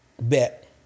Bet